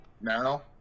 now